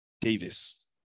Davis